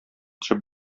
төшеп